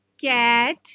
Cat